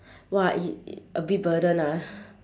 !wah! i~ a bit burden ah